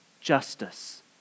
justice